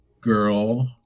girl